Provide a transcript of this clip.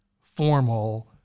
formal